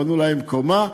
בנו עליהם קומה,